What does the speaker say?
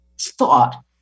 thought